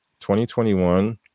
2021